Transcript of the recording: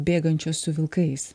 bėgančios su vilkais